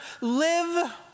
live